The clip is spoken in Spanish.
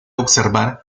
observar